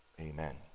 Amen